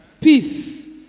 Peace